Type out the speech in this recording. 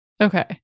Okay